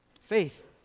Faith